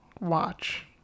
watch